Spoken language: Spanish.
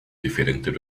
diferentes